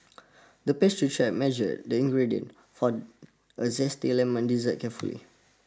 the pastry chef measured the ingredients for a zesty lemon dessert carefully